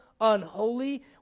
unholy